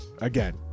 Again